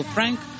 Frank